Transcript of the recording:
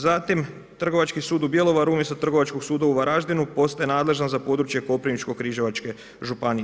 Zatim, Trgovački sud u Bjelovaru umjesto Trgovačkog suda u Varaždinu postaje nadležan za područje Koprivničko-križevačke županije.